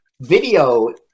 video